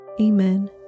Amen